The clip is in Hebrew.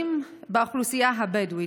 נשים.